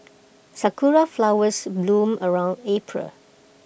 Sakura Flowers bloom around April